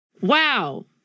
Wow